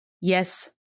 yes